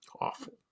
Awful